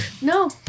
No